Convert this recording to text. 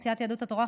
סיעת יהדות התורה,